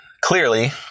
clearly